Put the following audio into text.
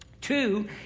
Two